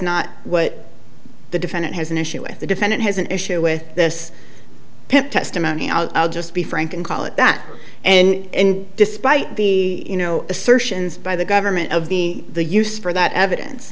not what the defendant has an issue with the defendant has an issue with this pick testimony i'll just be frank and call it that and despite the you know assertions by the government of the the use for that evidence